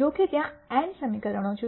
જો કે ત્યાં n સમીકરણો છે